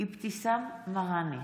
אבתיסאם מראענה,